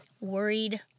Worried